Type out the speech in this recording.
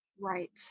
right